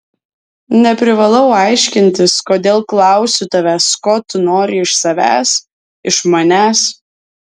neprivalau aiškintis kodėl klausiu tavęs ko tu nori iš savęs iš manęs